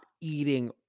eating